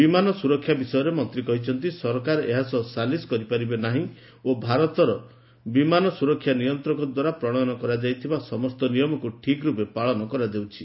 ବିମାନ ସୁରକ୍ଷା ବିଷୟରେ ମନ୍ତ୍ରୀ କହିଛନ୍ତି ସରକାର ଏହା ସହ ସାଲିସ୍ କରିପାରିବେ ନାହିଁ ଓ ଭାରତର ବିମାନ ସୁରକ୍ଷା ନିୟନ୍ତ୍ରକ ଦ୍ୱାରା ପ୍ରଣୟନ କରାଯାଇଥିବା ସମସ୍ତ ନିୟମକୁ ଠିକ୍ ରୂପେ ପାଳନ କରାଯାଉଛି